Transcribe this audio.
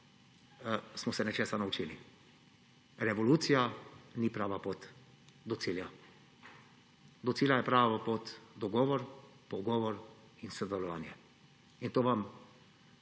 smo se nečesa naučili: revolucija ni prava pot do cilja. Do cilja je prava pot dogovor, pogovor in sodelovanje in to vam